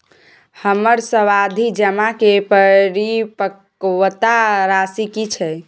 हमर सावधि जमा के परिपक्वता राशि की छै?